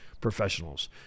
professionals